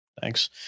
Thanks